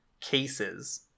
cases